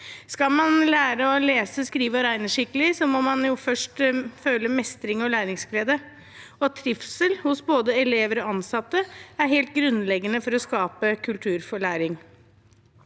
Skal man lære å lese, skrive og regne skikkelig, må man først føle mestring og læringsglede. Trivsel hos både elever og ansatte er helt grunnleggende for å skape kultur for læring.